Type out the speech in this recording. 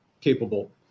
capable